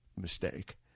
mistake